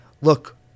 Look